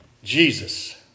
Jesus